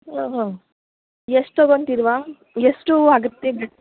ಹಾಂ ಹಾಂ ಎಷ್ಟು ತಗೊಂತಿಲ್ವಾ ಎಷ್ಟು ಆಗುತ್ತೆ ಬ್ಲೆಡ್